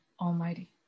Almighty